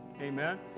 Amen